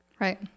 Right